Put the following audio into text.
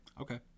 Okay